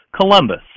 Columbus